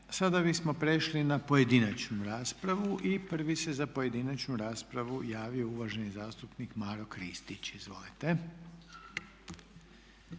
Sada bismo prešli na pojedinačnu raspravu i prvi se za pojedinačnu raspravu javio uvaženi zastupnik Maro Kristić, izvolite.